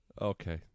Okay